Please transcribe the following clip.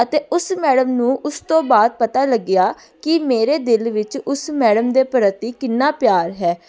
ਅਤੇ ਉਸ ਮੈਡਮ ਨੂੰ ਉਸ ਤੋਂ ਬਾਅਦ ਪਤਾ ਲੱਗਿਆ ਕਿ ਮੇਰੇ ਦਿਲ ਵਿੱਚ ਉਸ ਮੈਡਮ ਦੇ ਪ੍ਰਤੀ ਕਿੰਨਾ ਪਿਆਰ ਹੈ